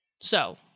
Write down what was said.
So-